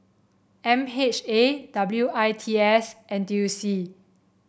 M H A W I T S N T U C